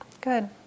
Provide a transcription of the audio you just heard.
Good